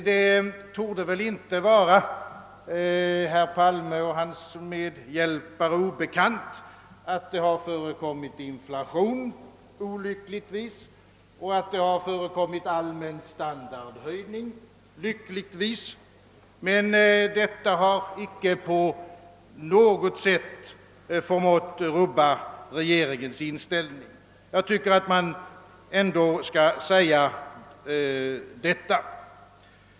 Det torde inte vara herr Palme och hans medhjälpare obekant att det har förekommit inflation, olyckligtvis, och att det har förekommit allmän standardhöjning, lyckligtvis, men detta har icke på något sätt förmått rubba regeringens inställning. Detta bör ändå sägas ut.